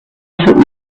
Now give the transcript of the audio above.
freeway